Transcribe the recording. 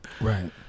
Right